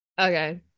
Okay